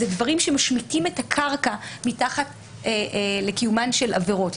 ואלה דברים שמשמיטים את הקרקע מתחת לקיומן של עבירות.